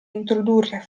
introdurre